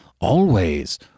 Always